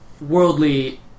worldly